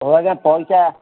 ହଉ ଆଜ୍ଞା ପଇସା